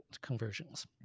conversions